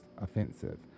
offensive